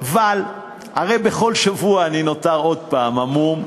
אבל הרי בכל שבוע אני נותר עוד פעם המום,